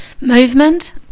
movement